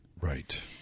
Right